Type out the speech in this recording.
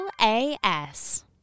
LAS